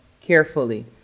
carefully